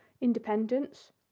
independence